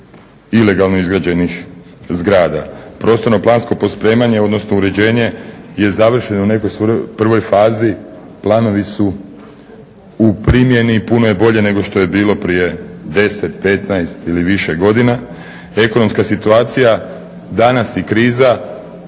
ilegalno izgrađenih zgrada. Prostorno-plansko pospremanje, odnosno uređenje je završeno u nekoj prvoj fazi, planovi su u primjeni i puno je bolje nego što je bilo prije 10, 15 ili više godina. Ekonomska situacija danas i kriza